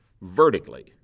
vertically